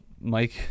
Mike